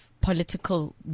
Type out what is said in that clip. political